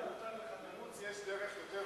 למוץ יש דרך יותר